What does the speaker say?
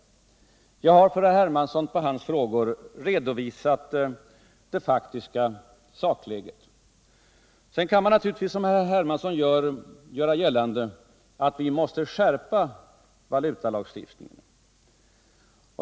Jag har som svar på herr Hermanssons frågor redovisat det faktiska sakläget. Naturligtvis kan man som herr Hermansson göra gällande att vi måste skärpa valutalagstiftningen.